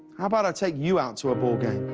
about i take you out to a ball